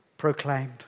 proclaimed